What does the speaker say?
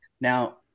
Now